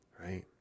right